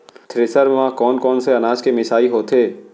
Thresher म कोन कोन से अनाज के मिसाई होथे?